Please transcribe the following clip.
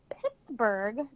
pittsburgh